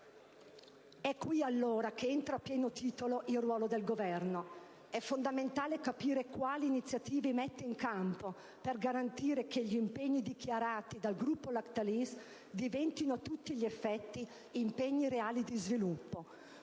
È qui allora che entra a pieno titolo il ruolo del Governo: è fondamentale capire quali iniziative mette in campo per garantire che gli impegni dichiarati dal gruppo Lactalis diventino a tutti gli effetti impegni reali di sviluppo.